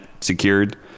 secured